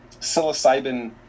psilocybin